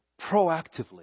proactively